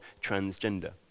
transgender